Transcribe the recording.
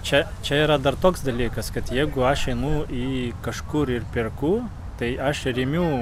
čia čia yra dar toks dalykas kad jeigu aš einu į kažkur ir perku tai aš remiu